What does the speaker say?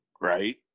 Right